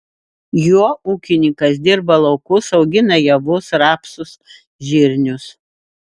juo ūkininkas dirba laukus augina javus rapsus žirnius